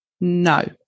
No